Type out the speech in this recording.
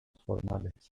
formales